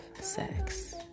sex